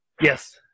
Yes